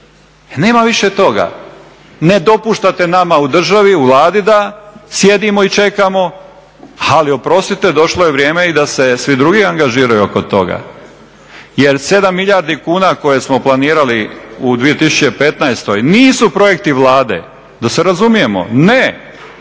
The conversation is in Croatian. Nema više toga, ne dopuštate nama u državi, u Vladi da sjedimo i čekamo, ali oprostite došlo je vrijeme i da se svi drugi angažiraju oko toga. Jer 7 milijardi kuna koje smo planirali u 2015. nisu projekti Vlade, da se razumijemo, ne, pa